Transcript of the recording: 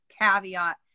caveat